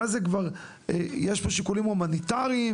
ואז כבר יש פה שיקולים הומניטריים,